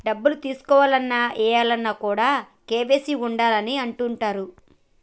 డబ్బులు తీసుకోవాలన్న, ఏయాలన్న కూడా కేవైసీ ఉండాలి అని అంటుంటరు